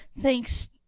Thanks